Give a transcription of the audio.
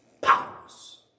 powers